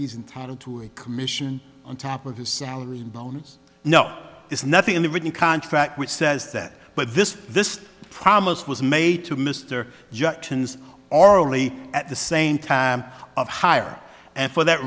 he's entitled to a commission on top of his salary bonus no there's nothing in the written contract which says that but this this promise was made to mr jackson's orally at the same time of hire and for that